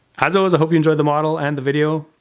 as always, i hope you enjoyed the model and the video.